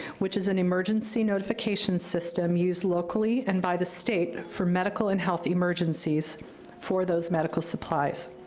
which is an emergency notifications system used locally and by the state for medical and health emergencies for those medical supplies.